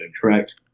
correct